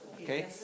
Okay